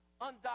undocumented